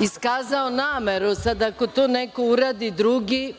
iskazao nameru. Sad ako to neko drugi uradi,